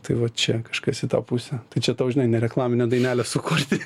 tai va čia kažkas į tą pusę tai čia tau žinai ne reklaminę dainelę sukurti